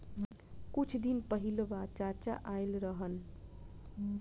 कुछ दिन पहिलवा चाचा आइल रहन